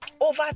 Over